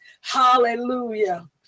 hallelujah